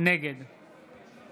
נגד